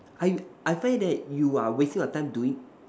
I I find that you are wasting your time doing